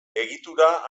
egitura